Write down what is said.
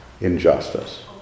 injustice